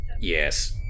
Yes